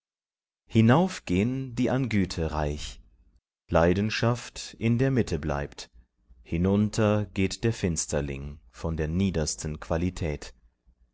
hinauf gehn die an güte reich leidenschaft in der mitte bleibt hinunter geht der finsterling von der niedersten qualität